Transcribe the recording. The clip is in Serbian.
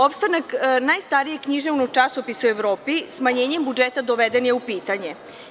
Opstanak najstarijeg državnog časopisa u Evropi, smanjenjem budžeta doveden je u pitanje.